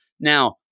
Now